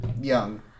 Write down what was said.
Young